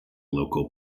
local